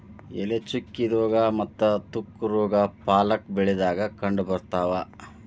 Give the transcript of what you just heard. ಎಲೆ ಚುಕ್ಕಿ ರೋಗಾ ಮತ್ತ ತುಕ್ಕು ರೋಗಾ ಪಾಲಕ್ ಬೆಳಿದಾಗ ಕಂಡಬರ್ತಾವ